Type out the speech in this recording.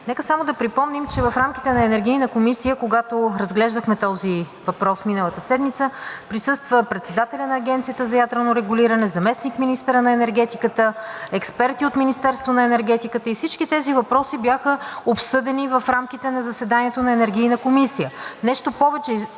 Нека само да припомним, че в рамките на Енергийната комисия, когато разглеждахме този въпрос миналата седмица, присъства председателят на Агенцията за ядрено регулиране, заместник-министърът на енергетиката, експерти от Министерството на енергетиката и всички тези въпроси бяха обсъдени в рамките на заседанието на Енергийната комисия. Нещо повече,